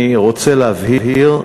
אני רוצה להבהיר,